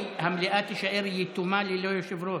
כי המליאה תישאר יתומה ללא יושב-ראש.